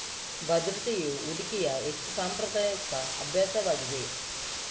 ಭದ್ರತೆಯು ಹೂಡಿಕೆಯ ಹೆಚ್ಚು ಸಾಂಪ್ರದಾಯಿಕ ಅಭ್ಯಾಸವಾಗಿದೆ